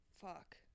fuck